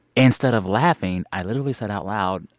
instead of laughing, i literally said out loud,